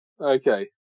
okay